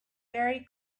very